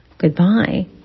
goodbye